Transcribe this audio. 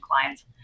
clients